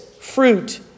fruit